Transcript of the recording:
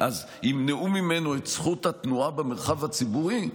אז ימנעו ממנו את זכות התנועה במרחב הציבורי?